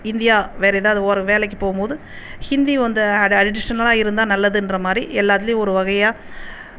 India வேற ஏதாவது ஒரு வேலைக்கு போகும்போது ஹிந்தி வந்து அதை அடிஷ்னல்லாக இருந்தால் நல்லதுன்ற மாதிரி எல்லாத்துலையும் ஒரு வகையாக